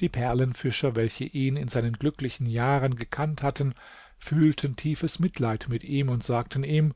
die perlenfischer welche ihn in seinen glücklichen jahren gekannt hatten fühlten tiefes mitleid mit ihm und sagten ihm